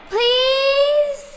Please